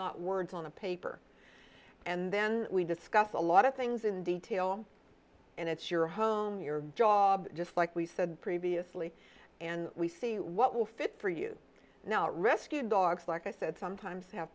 not words on a paper and then we discuss a lot of things in detail and it's your home your job just like we said previously and we see what will fit for you now rescue dogs like i said sometimes have